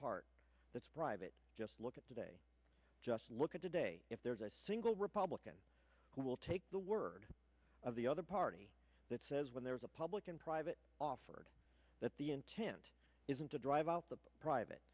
part that's private just look at today just look at today if there is a single republican who will take the word of the other party that says when there is a public and private offered that the intent isn't to drive out the private